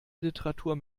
literatur